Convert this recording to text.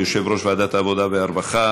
יושב-ראש ועדת העבודה והרווחה,